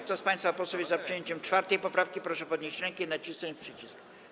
Kto z państwa posłów jest za przyjęciem 4. poprawki, proszę podnieść rękę i nacisnąć przycisk.